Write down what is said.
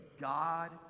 God